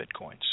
bitcoins